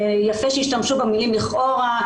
ויפה שהשתמשו במילים 'לכאורה',